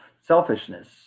selfishness